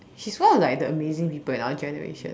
she's one of like the amazing people in our generation